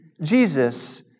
Jesus